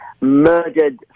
murdered